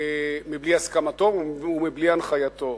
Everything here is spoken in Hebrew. מבלי הסכמתו ומבלי הנחייתו.